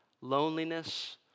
loneliness